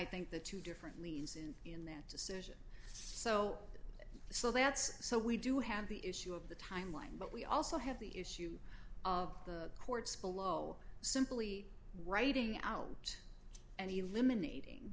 think the two different leads in in that decision so so that's so we do have the issue of the time line but we also have the issue of the courts below simply writing out and eliminating